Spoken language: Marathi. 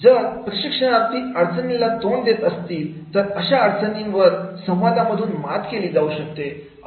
जर प्रशिक्षणार्थी अडचणींना तोंड देत असतील तर अशा अडचणीवर संवादांमधून मात केली जाऊ शकते